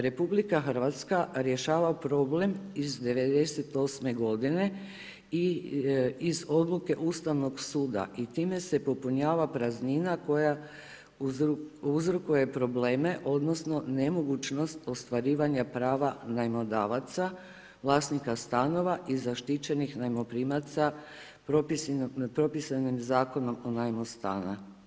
Republika Hrvatska rješava problem iz '98. godine i iz odluke Ustavnog suda i time se popunjava praznina koja uzrokuje probleme, odnosno nemogućnost ostvarivanja prava najmodavaca vlasnika stanova i zaštićenih najmoprimaca propisani Zakonom o najmu stana.